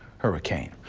hurricane.